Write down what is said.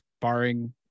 barring –